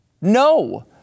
No